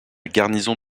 garnison